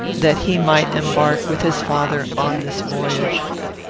that he might embark, with his father, on this voyage.